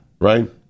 Right